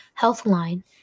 Healthline